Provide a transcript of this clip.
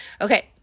Okay